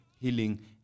healing